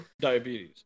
Diabetes